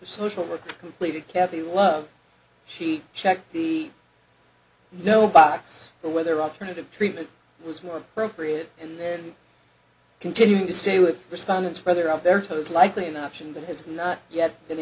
social work completed kathy love she checked the no box they were there alternative treatment was more appropriate and then continuing to stay with respondents further up their toes likely enough and that has not yet been